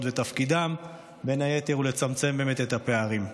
ותפקידן בין היתר הוא לצמצם את הפערים,